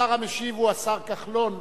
השר המשיב הוא השר כחלון,